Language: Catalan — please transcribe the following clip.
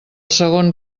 segon